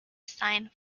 sign